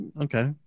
okay